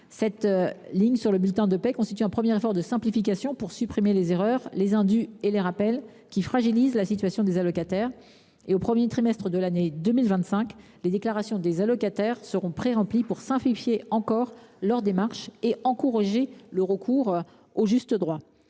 Cette ligne sur le bulletin de paie constitue un premier effort de simplification qui permettra de supprimer les erreurs, les indus et les rappels fragilisant la situation des allocataires. Au premier trimestre de l’année 2025, les déclarations des allocataires seront préremplies pour simplifier encore davantage leurs démarches et encourager le recours aux droits.